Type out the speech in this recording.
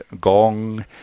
gong